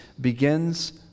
begins